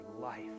life